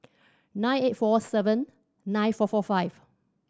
nine eight four seven nine four four five